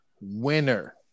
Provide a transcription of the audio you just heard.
Winner